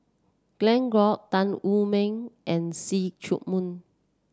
Glen Goei Tan Wu Meng and See Chak Mun